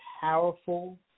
powerful